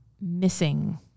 missing